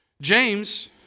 James